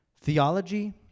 Theology